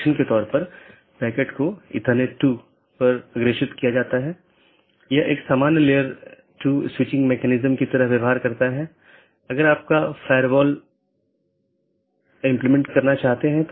update message का उपयोग व्यवहार्य राउटरों को विज्ञापित करने या अव्यवहार्य राउटरों को वापस लेने के लिए किया जाता है